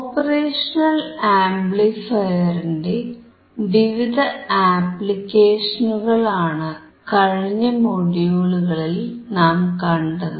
operational ആംപ്ലിഫയറിന്റെ വിവിധ ആപ്ലിക്കേഷനുകളാണ് കഴിഞ്ഞ മൊഡ്യൂളിൽ നാം കണ്ടത്